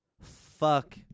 Fuck